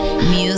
Music